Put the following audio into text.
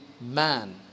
man